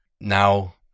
now